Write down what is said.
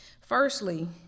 Firstly